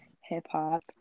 hip-hop